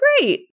great